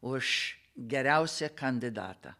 už geriausią kandidatą